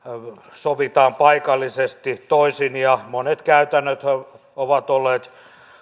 sovitaan paikallisesti toisin ja monet käytännöt ovat olleet